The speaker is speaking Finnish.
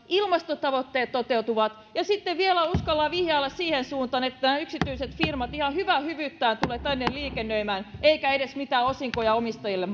ilmastotavoitteet toteutuvat ja sitten vielä uskalletaan vihjailla siihen suuntaan että nämä yksityiset firmat ihan hyvää hyvyyttään tulevat tänne liikennöimään eivätkä edes mitään osinkoja omistajille